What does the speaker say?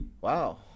Wow